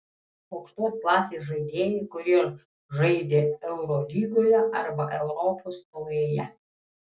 aukštos klasės žaidėjai kurie žaidė eurolygoje arba europos taurėje